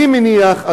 אני מניח,